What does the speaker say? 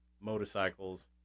motorcycles